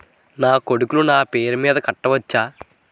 నా కొడుకులు నా పేరి మీద కట్ట వచ్చా?